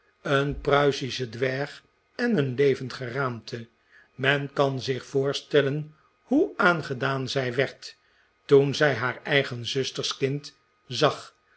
een pruisischen dwerg en een levend geraamte men kan zich voorstellen hoe aangedaan zij werd toen zij haar eigen zusters kind zag